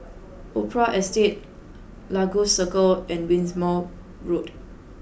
Opera Estate Lagos Circle and Wimborne Road